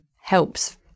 helps